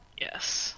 yes